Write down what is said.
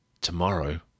Tomorrow